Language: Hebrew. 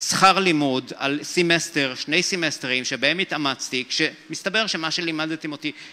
שכר לימוד על סמסטר שני סמסטרים שבהם התאמצתי כשמסתבר שמה שלימדתם אותי